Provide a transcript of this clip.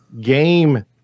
game